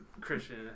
Christian